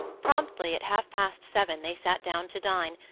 promptly at half-past seven they sat down to dine,